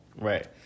Right